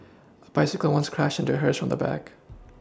a bicycle once crashed into hers from the back